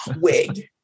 wig